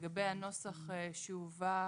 לגבי הנוסח שהובא